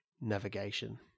navigation